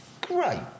Great